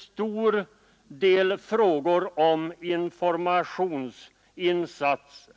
Motionen tar också upp en del frågor om informationsinsatser.